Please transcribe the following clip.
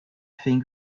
think